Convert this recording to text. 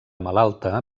malalta